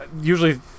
usually